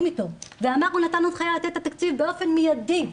איתו והוא נתן הנחיה לתת את התקציב באופן מיידי,